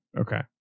Okay